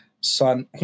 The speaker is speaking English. son